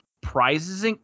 prizes